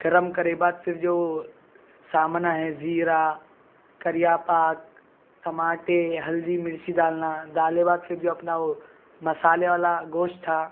گرم کرے بعد پھر جو سامانا ہے زیرہ کریا پاک ٹماٹے ہلدی مرچی ڈالنا ڈالے بعد پھر جو اپنا وہ مصالحہ والا گوشت تھا